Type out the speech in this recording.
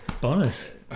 bonus